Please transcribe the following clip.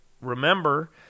remember